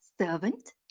servant